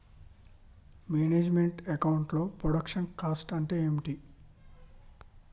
Manage meant account లో production cost అంటే ఏమిటి?